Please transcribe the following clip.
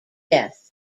death